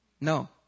No